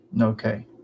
Okay